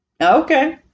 Okay